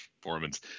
performance